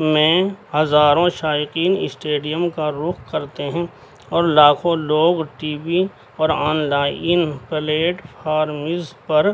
میں ہزاروں شائقین اسٹیڈیم کا رخ کرتے ہیں اور لاکھوں لوگ ٹی وی اور آن لائن پلیٹ فارمیز پر